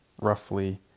roughly